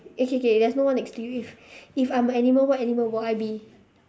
okay K there's no one next to you if if I'm an animal what animal would I be